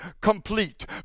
complete